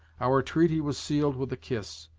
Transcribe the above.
our treaty was sealed with a kiss,